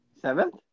Seventh